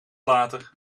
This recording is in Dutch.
later